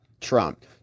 Trump